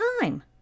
time